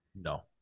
no